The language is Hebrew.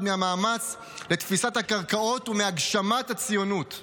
מהמאמץ לתפיסת הקרקעות ומהגשמת הציונות.